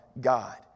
God